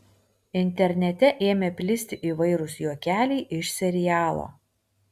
internete ėmė plisti įvairūs juokeliai iš serialo